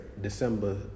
December